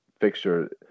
fixture